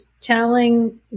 telling